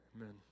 Amen